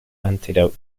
antidote